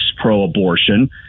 pro-abortion